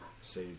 say